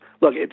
look